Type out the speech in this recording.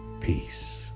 peace